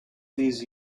these